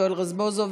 יואל רזבוזוב,